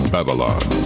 Babylon